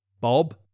Bob